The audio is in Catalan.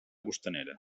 costanera